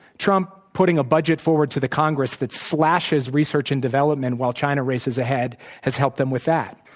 trump putting a budget forward to the congress that slashes research and development, while china races ahead, has helped them with that.